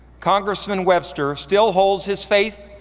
congressman webster still holds his faith,